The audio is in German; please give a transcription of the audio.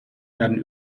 werden